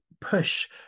push